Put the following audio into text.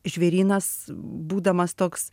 žvėrynas būdamas toks